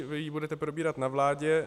Vy ji budete probírat na vládě.